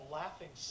laughing